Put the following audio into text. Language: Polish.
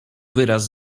wyraz